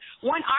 One